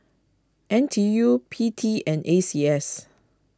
N T U P T and A C S